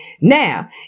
Now